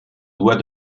doit